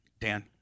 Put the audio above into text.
Dan